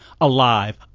Alive